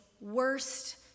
worst